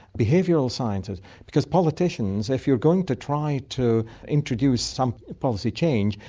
behavioural sciences, because politicians. if you're going to try to introduce some policy change,